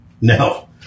No